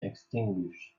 extinguished